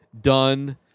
done